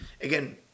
Again